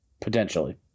Potentially